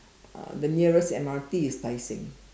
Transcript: uh the nearest M_R_T is Tai Seng